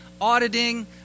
auditing